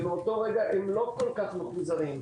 ובאותו רגע הם לא כל כך מחוזרים.